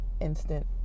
instant